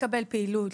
לקבל פעילות,